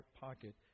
pocket